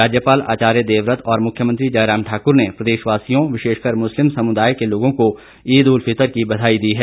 राज्यपाल आचार्य देवव्रत और मुख्यमंत्री जयराम ठाकुर ने प्रदेश वासियों विशेषकर मुस्लिम समुदाय के लोगों को ईद उल फितर की बधाई दी है